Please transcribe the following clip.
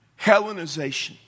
Hellenization